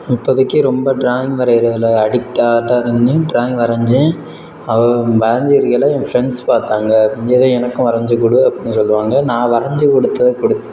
இப்போதிக்கி ரொம்ப ட்ராயிங் வரைகிறதுல அடிக்ட்டாகிட்டோம் இருந்தேன் ட்ராயிங் வரைஞ்சேன் அது வரைஞ்சிருக்கேலே என் ஃப்ரண்ட்ஸ் பார்ப்பாங்க இதுமாரி எனக்கும் வரைஞ்சு கொடு அப்புடின்னு சொல்லுவாங்க நான் வரைஞ்சு கொடுத்தேன் கொடுத்